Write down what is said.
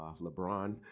LeBron